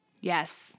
Yes